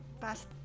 past